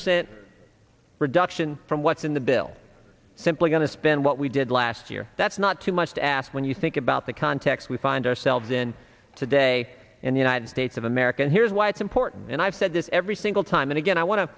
percent reduction from what's in the bill simply going to spend what we did last year that's not too much to ask when you think about the context we find ourselves in today in the united states of america and here's why it's important and i've said this every single time and again i wan